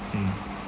mm